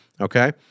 okay